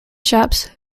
shops